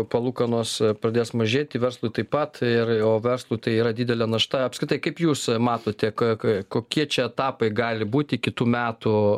palūkanos pradės mažėti verslui taip pat ir o verslui tai yra didelė našta apskritai kaip jūs matote ka ka kokie čia etapai gali būti kitų metų